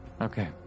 Okay